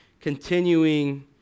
continuing